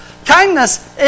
Kindness